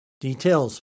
Details